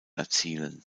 erzielen